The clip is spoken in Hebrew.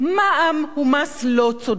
מע"מ הוא מס לא צודק,